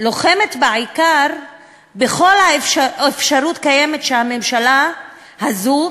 לוחמת בעיקר בכל אפשרות קיימת שהממשלה הזאת,